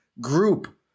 Group